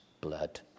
blood